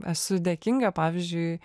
esu dėkinga pavyzdžiui